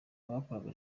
abakoraga